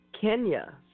Kenya